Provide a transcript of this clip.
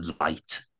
light